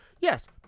Yes